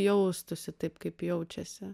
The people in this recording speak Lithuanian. jaustųsi taip kaip jaučiasi